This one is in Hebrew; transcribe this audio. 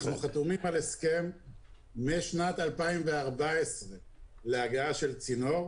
אנחנו חתומים על הסכם משנת 2014 להגעה של צינור,